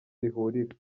bihurira